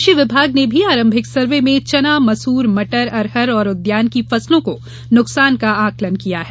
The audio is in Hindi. कृषि विभाग ने भी आरंभिक सर्वे में चना मसूर मटर अरहर और उद्यानिकी फसलों को नुकसान का आंकलन किया है